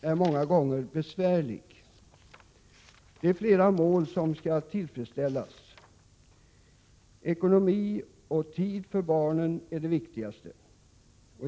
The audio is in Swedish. är många gånger besvärlig. De har olika behov som skall tillfredsställas, av vilka de viktigaste gäller ekonomin och att få tid för barnen.